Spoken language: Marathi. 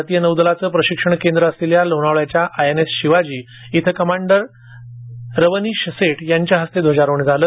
भारतीय नौदालाचं प्रशिक्षण केंद्र असलेल लोणावळ्याच्या आयएनएस शिवाजी इथं कमांडर रवनीश सेठ यांच्या हस्ते ध्वजारोहण झालं